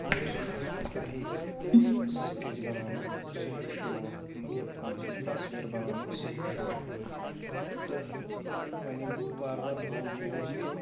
مےٚ اوس بَچپَن پٮ۪ٹھَے سِکٮ۪چ بَناونُک صحیح شوق مطلب کٲنٛسہِ ہٕنٛز تَصویٖر بَناونُک صحیح شوق تہٕ وۄنۍ ییٚلہِ بہٕ وارٕ وارٕ بوڑ گووُس تہٕ